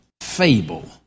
fable